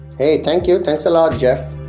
hey, thank you. thanks a lot jeff.